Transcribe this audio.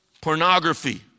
pornography